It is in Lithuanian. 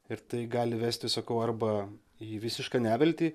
ir tai gali vesti sakau arba į visišką neviltį